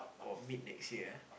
or mid next year ah